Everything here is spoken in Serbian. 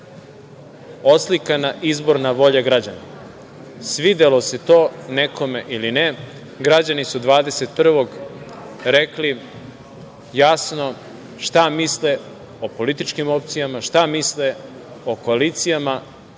oslikana izborna volja građana. Svidelo se to nekome ili ne, građani su 21. rekli jasno šta misle o političkim opcijama, šta misle o koalicijama.